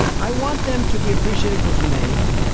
i want them to be appreciative of me.